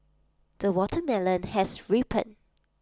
the watermelon has ripened